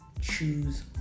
Choose